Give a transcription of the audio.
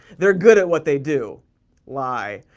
they're good at what they do lie.